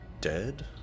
dead